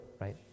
right